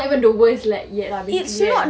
it's not even the worst like yet ah yet